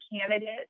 candidates